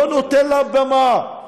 לא נותן לה במה.